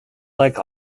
like